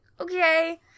okay